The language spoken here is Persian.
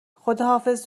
خداحافظ